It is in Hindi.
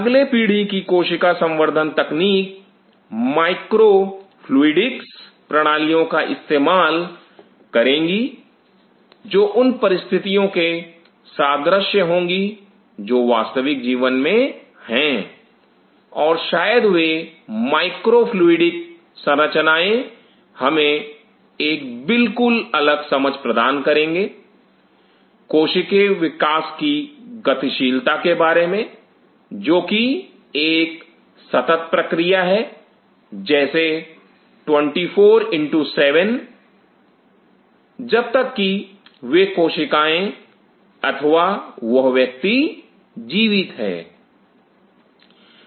अगले पीढ़ी की कोशिका संवर्धन तकनीक माइक्रो फ्लूइडिक्स प्रणालियों का इस्तेमाल करेंगी जो उन परिस्थितियों के सादृश्य होंगी जो वास्तविक जीवन में हैं और शायद वे माइक्रो फ्लूइडिक संरचनाएं हमें एक बिल्कुल अलग समझ प्रदान करेंगे कोशिकीए विकास की गतिशीलता के बारे में जो कि एक सतत प्रक्रिया है जैसे 24X7 का एक्स से गुणा जब तक कि वे कोशिकाएं अथवा वह व्यक्ति जीवित है